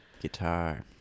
guitar